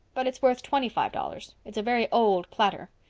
but it's worth twenty-five dollars. it's a very old platter.